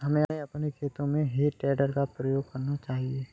हमें अपने खेतों में हे टेडर का प्रयोग करना चाहिए